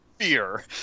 fear